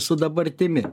su dabartimi